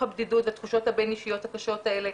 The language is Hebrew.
לצמוח מתוך הבדידות והתחושות הבין אישיות הקשות האלה.